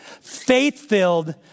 Faith-filled